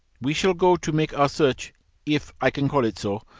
we shall go to make our search if i can call it so,